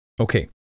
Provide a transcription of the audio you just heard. okay